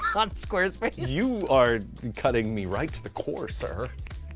on squarespace. you are cutting me right to the core, sir.